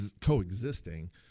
coexisting